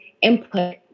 input